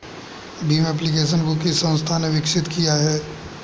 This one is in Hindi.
भीम एप्लिकेशन को किस संस्था ने विकसित किया है?